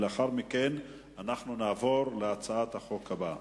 ולאחר מכן נעבור להצעת החוק הבאה.